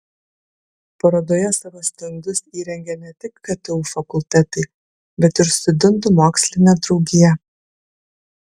parodoje savo stendus įrengė ne tik ktu fakultetai bet ir studentų mokslinė draugija